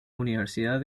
universidad